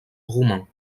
roumains